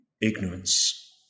ignorance